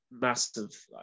Massive